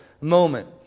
moment